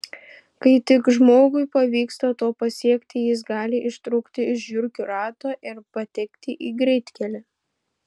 kai tik žmogui pavyksta to pasiekti jis gali ištrūkti iš žiurkių rato ir patekti į greitkelį